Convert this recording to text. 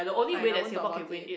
fine I won't talk about it